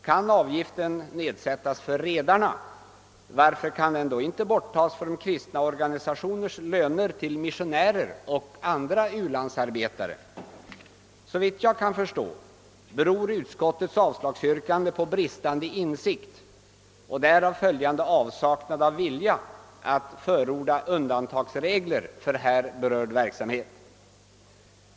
Kan avgiften nedsättas för redarna, varför kan den då inte slopas när det gäller kristna organisationers löner till missionärer och andra ulandsarbetare. Såvitt jag kan förstå beror utskottets avslagsyrkande på bristande insikt och därav följande avsaknad av vilja att förorda undantagsregler för här berörd verksamhet.